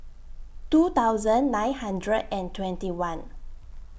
two thousand nine hundred and twenty one